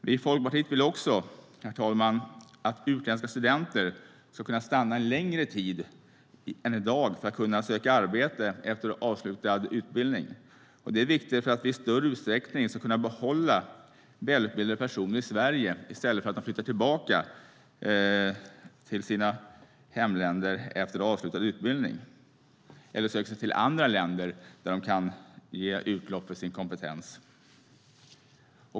Vi i Folkpartiet vill också, herr talman, att utländska studenter ska kunna stanna en längre tid än i dag för att kunna söka arbete efter avslutad utbildning. Det är viktigt för att vi i större utsträckning ska kunna behålla välutbildade personer i Sverige i stället för att de flyttar tillbaka till sina hemländer efter avslutad utbildning eller söker sig till andra länder där de kan få utlopp för sin kompetens.